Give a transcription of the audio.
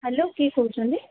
hello କିଏ କହୁଛନ୍ତି